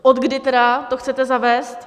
Odkdy tedy to chcete zavést?